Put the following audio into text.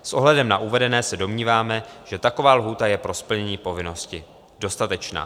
S ohledem na uvedené se domníváme, že taková lhůta je pro splnění povinnosti dostatečná.